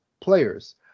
players